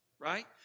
right